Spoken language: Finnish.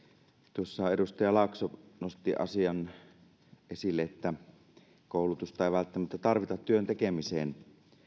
tuossa edustaja laakso nosti esille asian että koulutusta ei välttämättä tarvita työn tekemiseen